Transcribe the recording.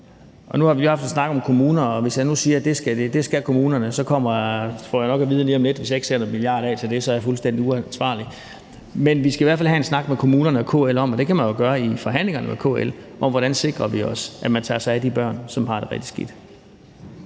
Nu har vi lige haft en snak om kommunerne, og hvis jeg nu siger, at det skal kommunerne, så får jeg nok at vide lige om lidt, at jeg, hvis jeg ikke sætter 1 mia. kr. af til det, så er fuldstændig uansvarlig. Men vi skal i hvert fald have en snak med kommunerne og KL – og det kan man jo gøre i forhandlingerne med KL – om, hvordan vi sikrer, at man tager sig af de børn, som har det rigtig skidt.